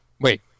Wait